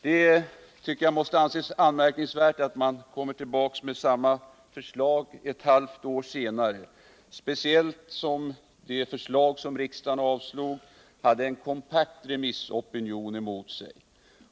Jag tycker det måste anses anmärkningsvärt att man kommer tillbaka med samma förslag ett halvt år senare — speciellt som det förslag som riksdagen avslog hade en kompakt remissopinion emot sig.